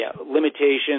limitations